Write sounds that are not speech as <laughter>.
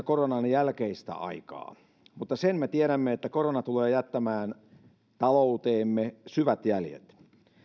<unintelligible> koronan jälkeistä aikaa mutta sen me tiedämme että korona tulee jättämään talouteemme syvät jäljet